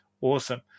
Awesome